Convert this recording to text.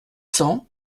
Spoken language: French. cents